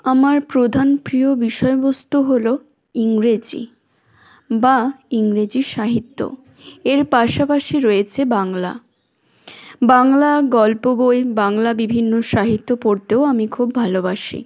আমার প্রধান প্রিয় বিষয়বস্তু হল ইংরেজি বা ইংরেজি সাহিত্য এর পাশাপাশি রয়েছে বাংলা বাংলা গল্প বই বাংলা বিভিন্ন সাহিত্য পড়তেও আমি খুব ভালোবাসি